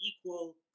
equal